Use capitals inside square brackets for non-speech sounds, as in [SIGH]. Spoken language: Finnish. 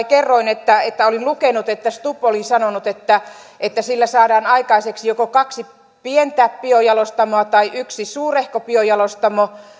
[UNINTELLIGIBLE] kerroin että että olin lukenut että stubb oli sanonut että että sillä saadaan aikaiseksi joko kaksi pientä biojalostamoa tai yksi suurehko biojalostamo